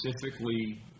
specifically